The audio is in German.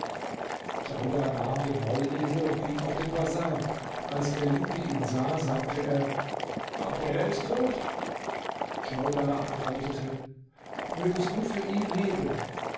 djaudar nahm den maulesel und ging auf den bazar als der jude ihn sah sagte er auch der ist tot djaudar antwortete mögest du für ihn leben